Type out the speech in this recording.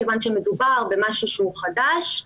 כיוון שמדובר במשהו שהוא חדש.